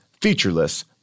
featureless